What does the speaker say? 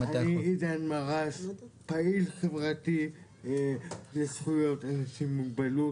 עידן מאראש, פעיל חברתי לזכויות אנשים עם מוגבלות.